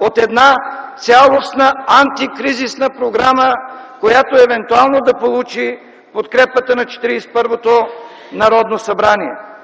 от една цялостна антикризисна програма, която евентуално да получи подкрепата на 41-то Народно събрание.